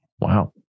Wow